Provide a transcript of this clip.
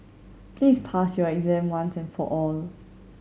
please pass your exam once and for all